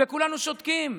וכולנו שותקים.